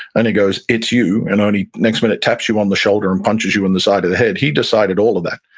and he goes, it's you, and only next minute taps you on the shoulder and punches you on the side of the head. he decided all of that,